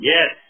Yes